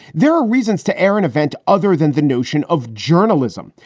there are reasons to air an event other than the notion of journalism.